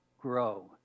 grow